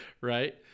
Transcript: Right